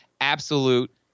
absolute